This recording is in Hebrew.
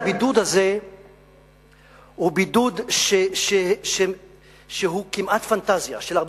הבידוד הזה הוא בידוד שהוא כמעט פנטזיה של הרבה